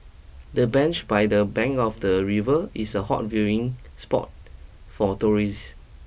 the bench by the bank of the river is a hot viewing spot for tourists